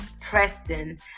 Preston